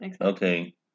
Okay